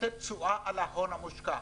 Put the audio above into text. לתת תשואה על ההון המושקע.